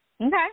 Okay